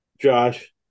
Josh